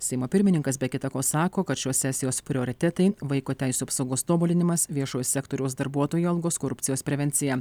seimo pirmininkas be kita ko sako kad šios sesijos prioritetai vaiko teisių apsaugos tobulinimas viešojo sektoriaus darbuotojų algos korupcijos prevencija